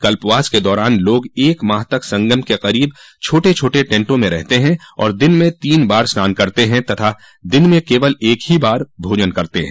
कल्पवास के दौरान लोग एक माह तक संगम के क़रीब छोटे छोटे टैंटों में रहते हैं और दिन में तीन बार स्नान करते हैं तथा दिन में केवल एक ही बार भोजन करते हैं